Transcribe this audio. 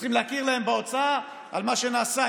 וצריכים להכיר להם בהוצאה על מה שנעשה,